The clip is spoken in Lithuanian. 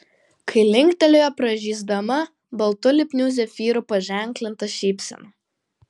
kali linktelėjo pražysdama baltu lipniu zefyru paženklinta šypsena